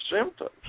symptoms